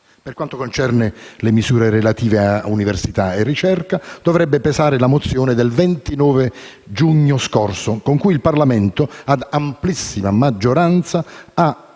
Per quanto concerne le misure relative a università e ricerca, dovrebbe pesare la mozione del 29 giugno scorso, con cui il Parlamento, ad amplissima maggioranza, ha